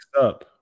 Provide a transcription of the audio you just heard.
up